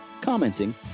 commenting